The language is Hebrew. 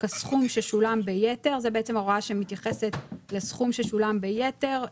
כסכום ששולם ביתר" זאת בעצם ההוראה שמתייחסת לסכום ששולם ביתר,